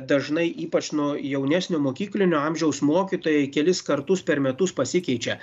dažnai ypač nu jaunesnio mokyklinio amžiaus mokytojai kelis kartus per metus pasikeičia